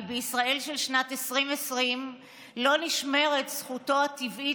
כי בישראל של שנת 2020 לא נשמרת זכותו הטבעית